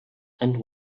and